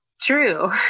true